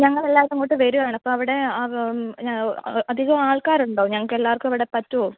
ഞങ്ങൾ എല്ലാവരും അങ്ങോട്ട് വരുവാണ് അപ്പം അവിടെ അധികം ആൾക്കാരുണ്ടൊ ഞങ്ങൾക്ക് എല്ലാവർക്കും അവിടെ പറ്റുമോ